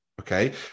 okay